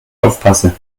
aufpasse